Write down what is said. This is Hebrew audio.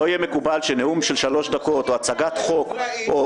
לא יהיה מקובל שנאום של שלוש דקות או הצגת חוק או